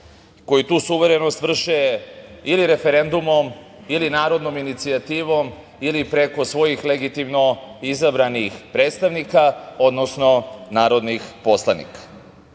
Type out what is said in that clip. koji tu suverenost vrše ili referendumom, ili narodnom inicijativom, ili preko svojih legitimno izabranih predstavnika, odnosno narodnih poslanika. Ovim